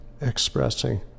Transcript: expressing